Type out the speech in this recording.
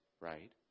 right